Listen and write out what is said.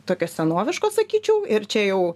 tokio senoviško sakyčiau ir čia jau